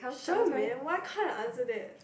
sure man why can't answer that